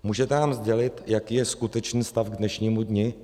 Můžete nám sdělit, jaký je skutečný stav k dnešnímu dni?